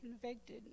convicted